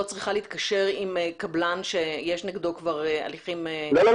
צריכה להתקשר עם קבלן שיש נגדו כבר הליכים --- לא,